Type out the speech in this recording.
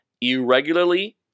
irregularly